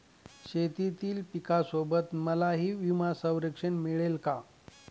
शेतीतील पिकासोबत मलाही विमा संरक्षण मिळेल का?